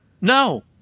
No